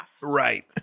Right